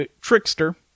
trickster